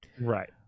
Right